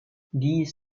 these